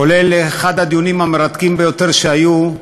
כולל אחד הדיונים המרתקים ביותר שהיו,